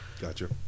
Gotcha